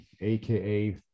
aka